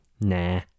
Nah